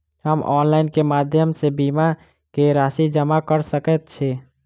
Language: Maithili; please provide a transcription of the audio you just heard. हम ऑनलाइन केँ माध्यम सँ बीमा केँ राशि जमा कऽ सकैत छी?